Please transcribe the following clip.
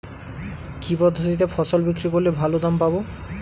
কি পদ্ধতিতে ফসল বিক্রি করলে ভালো দাম পাব?